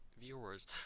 viewers